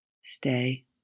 Stay